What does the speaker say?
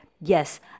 Yes